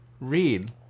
read